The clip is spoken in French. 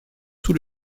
tout